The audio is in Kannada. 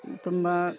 ತುಂಬ